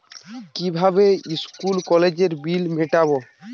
কিভাবে স্কুল কলেজের বিল মিটাব?